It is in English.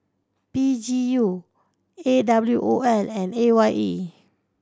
P G U A W O L and A Y E